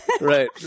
Right